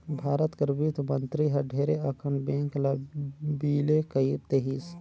भारत कर बित्त मंतरी हर ढेरे अकन बेंक ल बिले कइर देहिस